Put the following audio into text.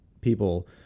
people